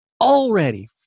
already